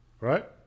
right